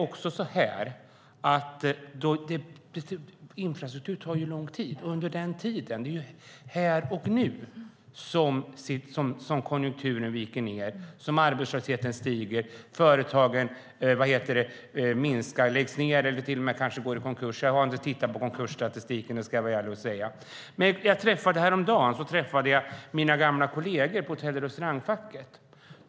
Men infrastruktur tar lång tid. Det är ju här och nu som konjunkturen viker ned, arbetslösheten stiger och företagen minskar och läggs ned. De kanske till och med går i konkurs. Jag har inte tittat på konkursstatistiken - det ska jag vara ärlig och säga. Häromdagen träffade jag mina gamla kolleger i Hotell och Restaurangfacket.